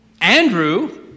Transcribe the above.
Andrew